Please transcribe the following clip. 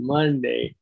Monday